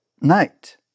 night